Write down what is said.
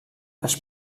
els